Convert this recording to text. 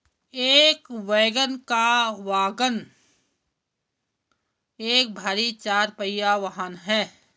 एक वैगन या वाग्गन एक भारी चार पहिया वाहन है